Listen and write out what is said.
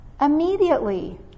immediately